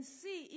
see